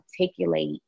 articulate